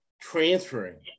transferring